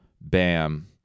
Bam